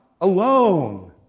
alone